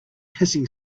hissing